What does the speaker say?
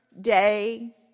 day